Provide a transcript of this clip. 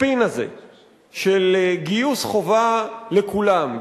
הספין הזה של גיוס חובה לכולם,